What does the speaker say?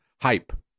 hype